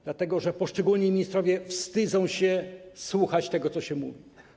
Dlatego że poszczególni ministrowie wstydzą się słuchać tego, co się mówi.